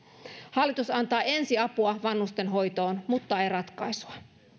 hallitus antaa ensiapua vanhustenhoitoon mutta ei ratkaisua